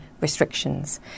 restrictions